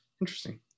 Interesting